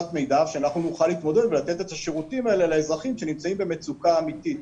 איך אנחנו יכולים להתמודד עם זה אם לא נקבל את המידע על זה.